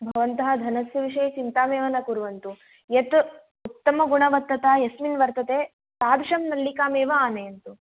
भवन्तः धनस्य विषये चिन्तामेव न कुर्वन्तु यत् उत्तमगुणवत्तता यस्मिन् वर्तते तादृशं नल्लिकामेव आनयन्तु